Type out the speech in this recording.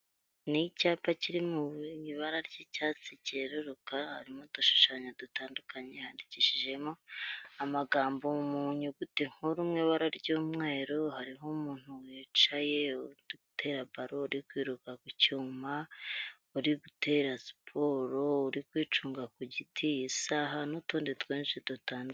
Ni icyapa kiri mu ibara ry'icyatsi cyeruka, harimo udushushanyo dutandukanye, handikishijemo amagambo mu nyuguti nkuru mu ibara ry'umweru, hariho umuntu wicaye, uri gutera baro, uri kwiruka ku cyuma, uri gutera siporo, uri kwicunga ku giti, isaaha n'utundi twinshi duta.....